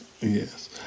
Yes